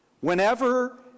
Whenever